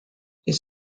his